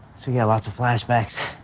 so yeah lots of flashbacks.